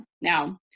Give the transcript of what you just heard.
Now